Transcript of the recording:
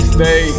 Stay